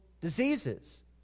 diseases